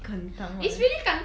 kentang what the heck